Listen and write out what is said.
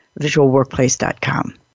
visualworkplace.com